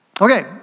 Okay